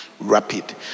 Rapid